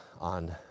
on